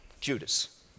Judas